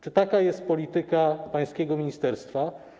Czy taka jest polityka pańskiego ministerstwa?